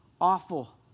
Awful